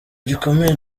gikomeye